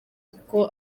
kuko